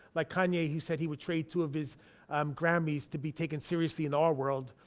like kanye, he said he would trade two of his um grammys to be taken seriously in the art world,